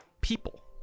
people